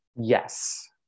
Yes